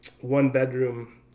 one-bedroom